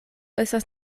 estas